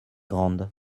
grande